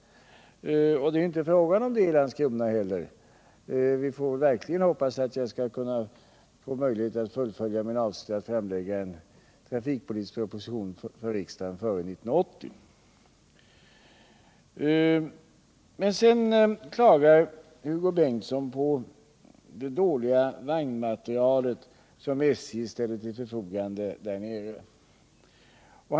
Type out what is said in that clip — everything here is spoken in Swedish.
Det är inte heller fråga om det i Landskrona. Vi får verkligen hoppas att jag skall kunna få möjlighet att fullfölja min avsikt att framlägga en trafikpolitisk proposition för riksdagen före 1980. Sedan klagar Hugo Bengtsson på den dåliga vagnmateriel som SJ ställer till förfogande nere i Skåne.